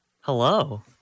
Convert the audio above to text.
Hello